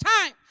time